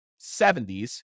70s